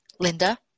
Linda